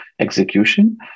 execution